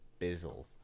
bizzle